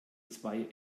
zwei